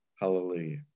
hallelujah